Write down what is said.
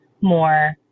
more